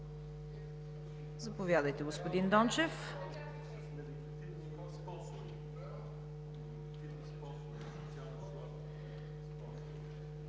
Заповядайте, господин Дончев.